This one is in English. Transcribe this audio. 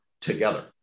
together